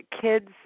kids